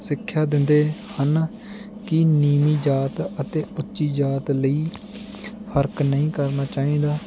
ਸਿੱਖਿਆ ਦਿੰਦੇ ਹਨ ਕੀ ਨੀਵੀ ਜਾਤ ਅਤੇ ਉੱਚੀ ਜਾਤ ਲਈ ਫ਼ਰਕ ਨਹੀਂ ਕਰਨਾ ਚਾਹੀਦਾ